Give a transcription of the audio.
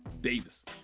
Davis